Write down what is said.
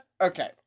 okay